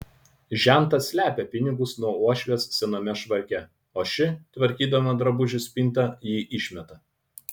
žentas slepia pinigus nuo uošvės sename švarke o ši tvarkydama drabužių spintą jį išmeta